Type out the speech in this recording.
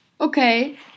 Okay